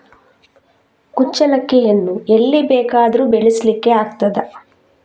ಕುಚ್ಚಲಕ್ಕಿಯನ್ನು ಎಲ್ಲಿ ಬೇಕಾದರೂ ಬೆಳೆಸ್ಲಿಕ್ಕೆ ಆಗ್ತದ?